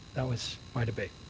that was my debate.